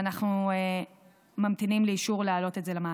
ואנחנו ממתינים לאישור להעלות את זה למעטפה.